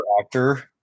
actor